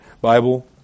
Bible